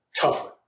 tougher